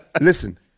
listen